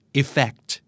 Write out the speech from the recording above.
effect